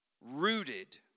Rooted